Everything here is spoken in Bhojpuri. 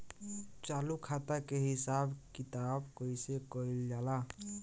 चालू खाता के हिसाब किताब कइसे कइल जाला?